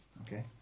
Okay